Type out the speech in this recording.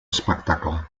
espectacle